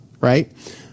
right